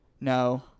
No